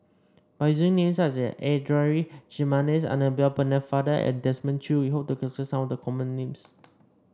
by using names such as Adan Jimenez Annabel Pennefather and Desmond Choo we hope to capture some of the common names